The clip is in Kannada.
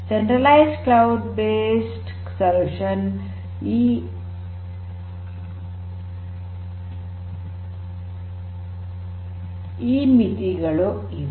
centralised cloud based solution centralized cloud based ಪರಿಹಾರದಲ್ಲಿ ಈ ಮಿತಿಗಳು ಇವೆ